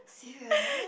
serious